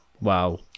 Wow